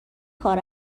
کار